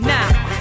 Now